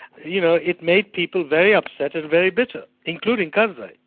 you know, it made people very upset and very bitter, including karzai.